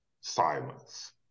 silence